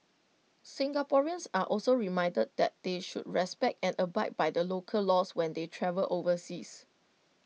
Singaporeans are also reminded that they should respect and abide by the local laws when they travel overseas